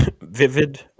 vivid